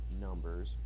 numbers